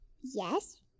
Yes